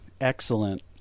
Excellent